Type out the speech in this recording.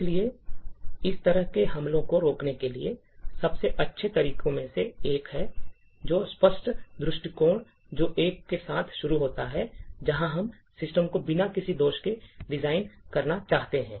इसलिए इस तरह के हमलों को रोकने के लिए सबसे अच्छे तरीकों में से एक एक स्पष्ट दृष्टिकोण जो एक के साथ शुरू होता है जहां हम सिस्टम को बिना किसी दोष के डिजाइन करना चाहते हैं